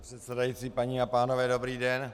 Pane předsedající, paní a pánové, dobrý den.